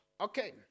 Okay